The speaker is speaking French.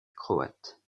croate